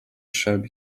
shelby